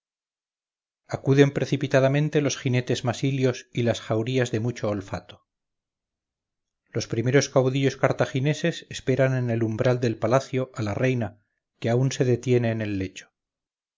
acuden precipitadamente los jinetes masilios y las jaurías de mucho olfato los primeros caudillos cartagineses esperan en el umbral del palacio a la reina que aun se detiene en el lecho